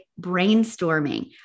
brainstorming